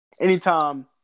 anytime